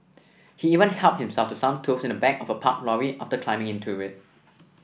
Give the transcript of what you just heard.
he even helped himself to some tools in the back of a parked lorry after climbing into it